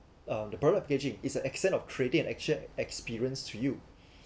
uh the product packaging is the extent of creating actual experience to you